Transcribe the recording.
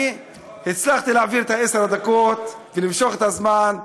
אני הצלחתי להעביר את עשר הדקות ולמשוך את הזמן,